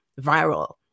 viral